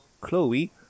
Chloe